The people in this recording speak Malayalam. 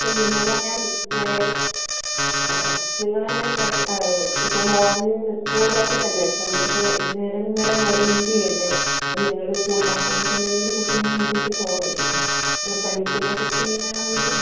അപ്പോൾ നിങ്ങളെ ഞാൻ നേരെ ആ നിങ്ങളെ ഞാൻ നേരെ ഇപ്പോൾ മോൻ സ്കൂൾബസിലല്ലേ സ്കൂൾ ബസ് വൈകുന്നേരം വരെ വെയിറ്റ് ചെയ്യണ്ടേ അപ്പോൾ നിങ്ങൾ കൂട്ടാൻ വന്നിട്ടുണ്ടെങ്കിൽ കുട്ടിയേയും കൂട്ടിയിട്ട് പോകാമായിരുന്നു കാരണം പനിക്കുന്ന കുട്ടിയെ വീട്ടിൽ